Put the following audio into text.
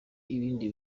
ibindi